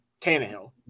Tannehill